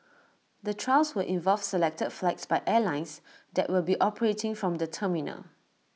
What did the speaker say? the trials will involve selected flights by airlines that will be operating from the terminal